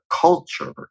culture